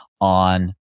on